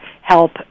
help